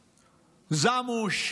זמוש,